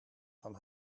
van